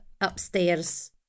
upstairs